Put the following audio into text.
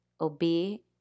obey